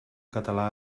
català